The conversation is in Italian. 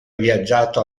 viaggiato